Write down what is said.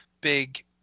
big